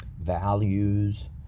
values